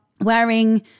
wearing